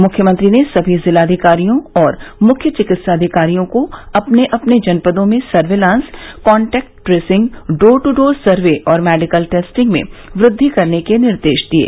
मुख्यमंत्री ने सभी जिलाधिकारियों मुख्य चिकित्साधिकारियों को अपने अपने जनपदों में surveillance contact tracing door to door survey और मेडिकल टेस्टिंग में वृद्धि करने के निर्देश दिये